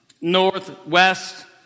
northwest